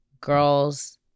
girls